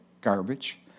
garbage